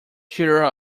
cheer